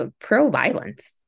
pro-violence